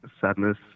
Sadness